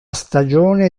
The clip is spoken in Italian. stagione